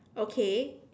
okay